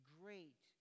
great